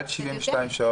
עד 72 שעות.